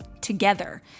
together